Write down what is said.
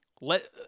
let